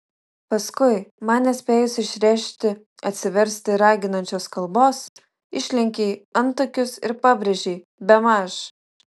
paskui man nespėjus išrėžti atsiversti raginančios kalbos išlenkei antakius ir pabrėžei bemaž